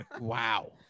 wow